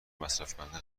مصرفکننده